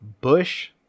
Bush